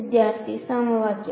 വിദ്യാർത്ഥി സമവാക്യം